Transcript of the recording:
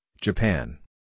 Japan